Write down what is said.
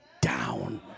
down